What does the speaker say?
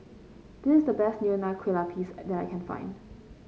this is the best Nonya Kueh Lapis that I can find